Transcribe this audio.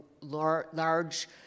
large